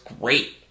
great